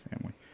family